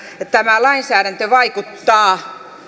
tämä lainsäädäntö vaikuttaa